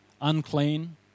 unclean